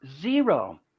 zero